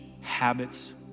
habits